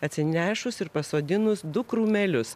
atsinešus ir pasodinus du krūmelius